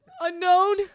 Unknown